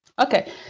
Okay